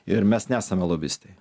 ir mes nesame lobistai